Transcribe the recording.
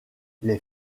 les